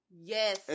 Yes